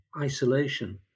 isolation